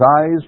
eyes